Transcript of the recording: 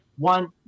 One